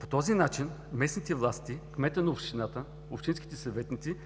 пациенти. Така местните власти, кметът на общината, общинските съветници